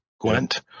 Gwent